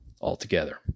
altogether